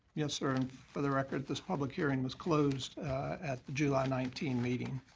yes, sir. and for the record, this public hearing was closed at the july nineteen meeting.